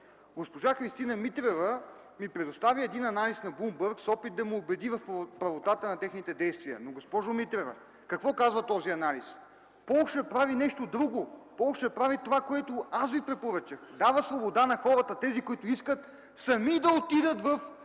Госпожа Христина Митрева ми предостави анализ на „Блумбърг”, с опит да ме убеди в правотата на техните действия. Но, госпожо Митрева, какво казва този анализ? Полша прави нещо друго. Полша прави това, което аз ви препоръчах: дава свобода на хората – тези, които искат, сами да отидат в